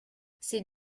c’est